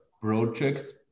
projects